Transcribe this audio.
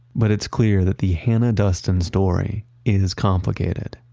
but it's clear that the hannah duston story is complicated.